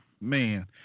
Man